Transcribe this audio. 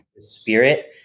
spirit